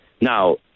Now